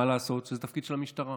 מה לעשות שזה התפקיד של המשטרה?